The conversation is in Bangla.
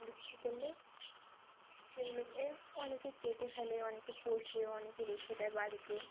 বিক্রি করলে সেগুলোকে অনেকে কেটে ফেলে অনেকে পোষে অনেকে রেখে দেয় বাড়িতে